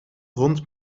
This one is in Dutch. rond